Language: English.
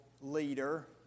leader